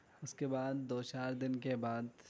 اُس کے بعد دو چار دن کے بعد